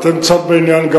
גם אתם צד בעניין,